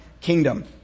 kingdom